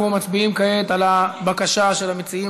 אנחנו מצביעים כעת על הבקשה של המציעים